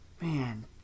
Man